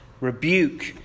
rebuke